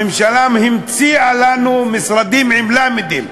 הממשלה המציאה לנו משרדים עם למ"דים,